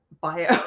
bio